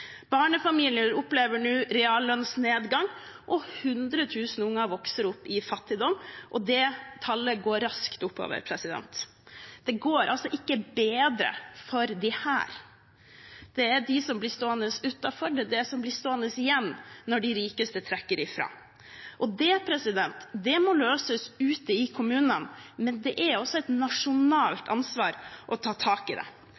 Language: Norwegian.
Barnefamilier opplever nå reallønnsnedgang. 100 000 barn vokser opp i fattigdom, og det tallet går raskt oppover. Det går altså ikke bedre for disse. Det er de som blir stående utenfor, det er de som blir stående igjen når de rikeste drar fra. Dette må løses ute i kommunene, men det er også et nasjonalt ansvar å ta tak i det.